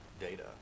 data